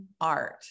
art